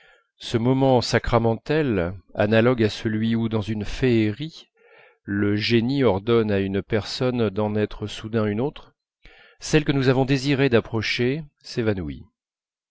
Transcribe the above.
ce moment sacramentel analogue à celui où dans une féerie le génie ordonne à une personne d'en être soudain une autre celle que nous avons désiré d'approcher s'évanouit